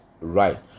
Right